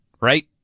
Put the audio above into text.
right